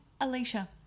Alicia